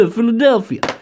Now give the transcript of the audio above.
Philadelphia